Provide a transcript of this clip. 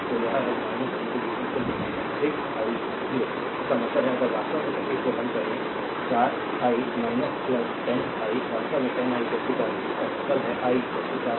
तो यह है v 2 6 i 0 इसका मतलब है अगर वास्तव में सर्किट को हल करें 4 i 10 आई वास्तव में 10 i 40 इसका मतलब है आई 4 एम्पीयर